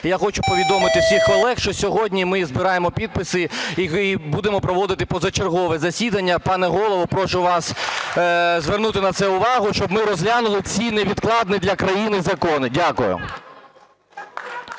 Я хочу повідомити всіх колег, що сьогодні ми збираємо підписи і будемо проводити позачергове засіданні. Пане Голово, прошу вас звернути на це увагу, щоб ми розглянули ці невідкладні для країни закони. Дякую.